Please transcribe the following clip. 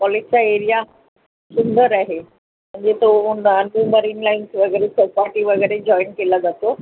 कॉलेजचा एरिया सुंदर आहे म्हणजे तो मरिन लाईन्स वगैरे चौपाटी वगैरे जॉईन केला जातो